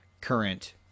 current